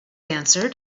answered